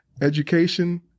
education